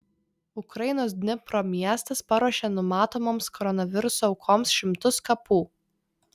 ukrainos dnipro miestas paruošė numatomoms koronaviruso aukoms šimtus kapų